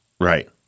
Right